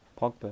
Pogba